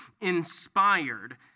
inspired